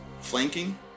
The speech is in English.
flanking